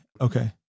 Okay